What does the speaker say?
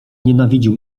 nienawidził